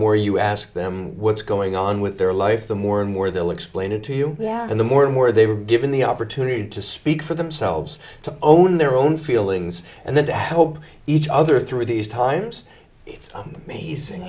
more you ask them what's going on with their life the more and more they'll explain it to you yeah and the more and more they were given the opportunity to speak for themselves to own their own feelings and then to help each other through these times it's amazing